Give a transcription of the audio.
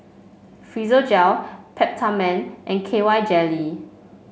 Physiogel Peptamen and K Y Jelly